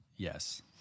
Yes